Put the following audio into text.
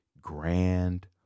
grand